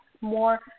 more